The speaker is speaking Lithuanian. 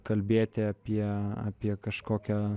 kalbėti apie apie kažkokią